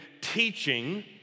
teaching